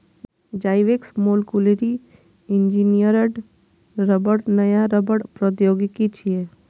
Zyvex molecularly engineered रबड़ नया रबड़ प्रौद्योगिकी छियै